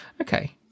okay